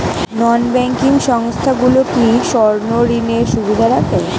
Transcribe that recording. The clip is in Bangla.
নন ব্যাঙ্কিং সংস্থাগুলো কি স্বর্ণঋণের সুবিধা রাখে?